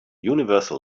universal